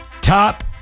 Top